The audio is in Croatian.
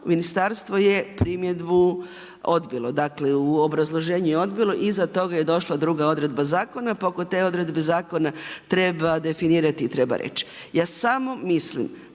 ministarstvu je primjedbu odbilo. Dakle u obrazloženju je odbilo, iza toga je došla druga odredba zakona pa oko te odredbe zakona treba definirati i treba reći. Ja samo mislim